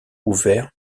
ouvert